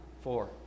four